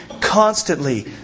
constantly